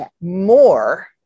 more